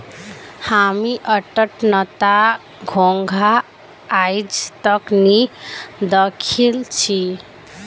हामी अट्टनता घोंघा आइज तक नी दखिल छि